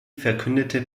verkündete